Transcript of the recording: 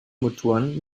motoren